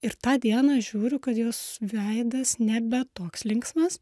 ir tą dieną žiūriu kad jos veidas nebe toks linksmas